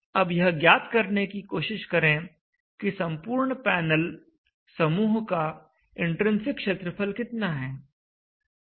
अब यह ज्ञात करने की कोशिश करें कि संपूर्ण पैनल समूह का इन्ट्रिन्सिक क्षेत्रफल कितना है